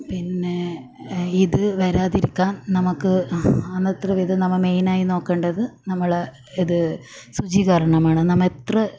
പിന്നെ ഇത് വരാതിരിക്കാൻ നമുക്ക് ആവുന്നത്ര വിധം നമ്മൾ മെയിനായി നോക്കേണ്ടത് നമ്മളെ ഇത് ശുചീകരണമാണ് നമ്മൾ എത്ര